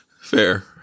Fair